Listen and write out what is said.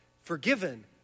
forgiven